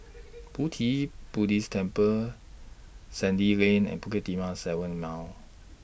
Pu Ti Buddhist Temple Sandy Lane and Bukit Timah seven Mile